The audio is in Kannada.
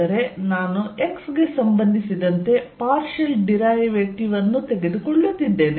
ಅಂದರೆ ನಾನು x ಗೆ ಸಂಬಂಧಿಸಿದಂತೆ ಪಾರ್ಷಿಯಲ್ ಡಿರೈಯೇಟಿವ್ ಅನ್ನು ತೆಗೆದುಕೊಳ್ಳುತ್ತಿದ್ದೇನೆ